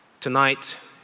Tonight